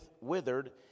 withered